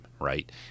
right